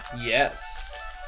Yes